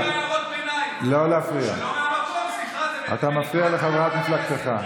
אתה מפריע לחברת מפלגתך.